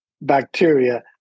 bacteria